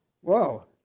Whoa